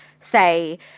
Say